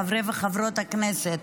חברי וחברות הכנסת,